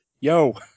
Yo